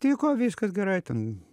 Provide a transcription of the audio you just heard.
tiko viskas gerai ten